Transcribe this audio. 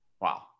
Wow